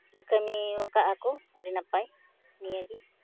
ᱠᱟᱹᱢᱤᱣᱟᱠᱟᱜᱼᱟᱠᱚ ᱟᱹᱰᱤ ᱱᱟᱯᱟᱭ ᱱᱤᱭᱟᱹ ᱜᱮ